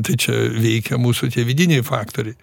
tai čia veikia mūsų tie vidiniai faktoriai